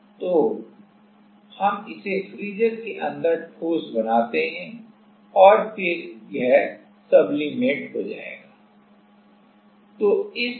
तो हम इसे फ्रीजर के अंदर ठोस बनाते हैं और फिर यह सब्लिमिट हो जाएगा